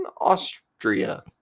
austria